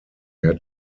had